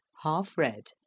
half red,